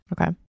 Okay